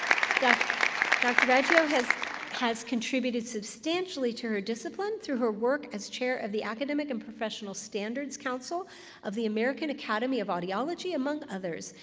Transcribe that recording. yeah has has contributed substantially to her discipline through her work as chair of the academic and professional standards council of the american academy of audiology, among others.